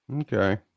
Okay